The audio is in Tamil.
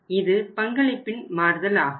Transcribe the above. ஆனால் இது பங்களிப்பின் மாறுதல் ஆகும்